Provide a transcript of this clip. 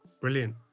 brilliant